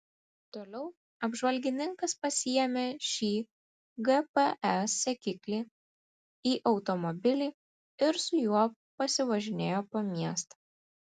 toliau apžvalgininkas pasiėmė šį gps sekiklį į automobilį ir su juo pasivažinėjo po miestą